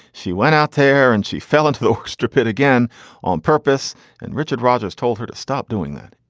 she went out there and she fell into the orchestra pit again on purpose and richard rodgers told her to stop doing that.